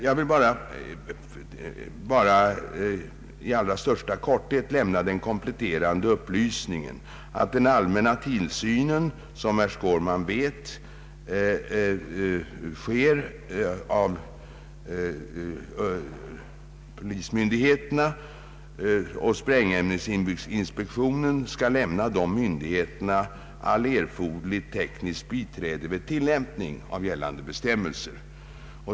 Jag vill bara i allra största korthet lämna den kompletterande upplysningen att den allmänna tillsynen — vilket herr Skårman vet — utföres av polismyndigheterna. Sprängämnesinspektionen skall lämna dessa myndigheter allt erforderligt tekniskt biträde vid tilllämpning av gällande bestämmelser.